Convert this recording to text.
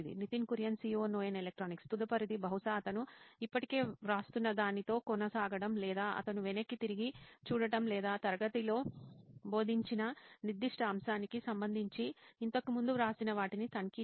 Nitin Kurian COO నోయిన్ electronics తదుపరిది బహుశా అతను ఇప్పటికే వ్రాస్తున్న దానితో కొనసాగడం లేదా అతను వెనక్కి తిరిగి చూడటం లేదా తరగతిలో బోధించిన నిర్దిష్ట అంశానికి సంబంధించి ఇంతకు ముందు వ్రాసిన వాటిని తనిఖీ చేయడం